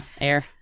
air